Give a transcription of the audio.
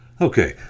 Okay